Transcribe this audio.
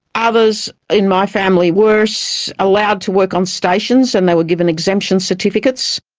others in my family were so allowed to work on stations, and they were given exemption certificates.